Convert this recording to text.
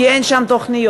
כי אין שם תוכניות.